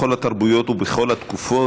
בכל התרבויות ובכל התקופות,